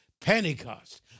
Pentecost